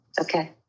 Okay